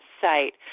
site